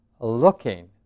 looking